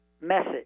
message